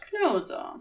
closer